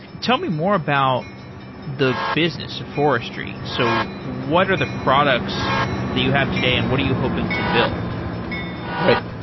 tell me more about the business of forestry. so what are the products that you have today and what are you hoping to build? sed